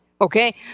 okay